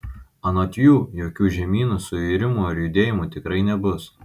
anot jų jokių žemynų suirimų ar judėjimų tikrai nebus